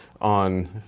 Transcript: on